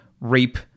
rape